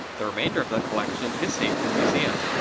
the remainder of the collection is safe in the museum.